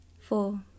Four